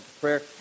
prayer